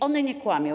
One nie kłamią.